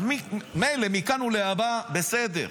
אז מילא, מכאן ולהבא, בסדר.